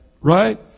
right